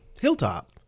Hilltop